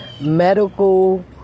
medical